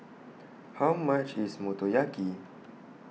How much IS Motoyaki